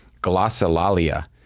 glossolalia